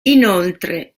inoltre